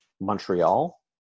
Montreal